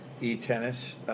E-tennis